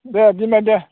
दे दोनबाय दे